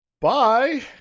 Bye